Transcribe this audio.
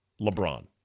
lebron